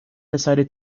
decided